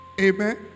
Amen